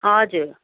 हजुर